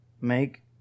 make